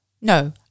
No